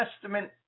Testament